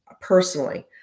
personally